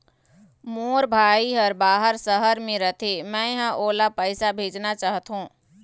मोर भाई हर बाहर शहर में रथे, मै ह ओला पैसा भेजना चाहथों